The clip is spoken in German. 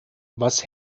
was